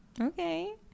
okay